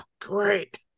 great